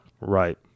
Right